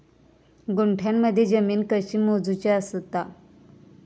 गुंठयामध्ये जमीन कशी मोजूची असता?